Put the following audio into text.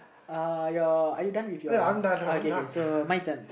uh your are you done with your uh okay okay so my turn